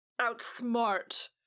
outsmart